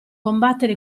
combattere